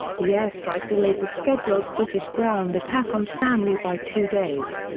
the air strike delayed the scheduled british ground attack on stanley by two days.